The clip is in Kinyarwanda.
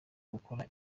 gukora